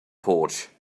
porch